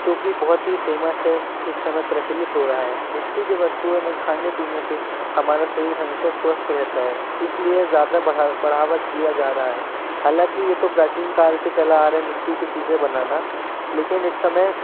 क्योंकि बहुत ही फेमस है इस समय प्रचलित हो रहा है मिट्टी के वस्तुएं में खाने पीने से हमारा शरीर हमेशा स्वस्थ रहता है इसलिए ज़्यादा बढ़ावा दिया जा रहा है हालाँकि यह तो प्राचीन काल से चला आ रहा हैं मिट्टी की चीज़ें बनाना लेकिन इस समय